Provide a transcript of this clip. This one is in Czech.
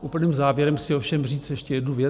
Úplným závěrem chci ovšem říct ještě jednu věc.